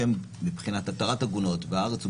שתפס שם מבחינת התרת עגונות בארץ ובעולם.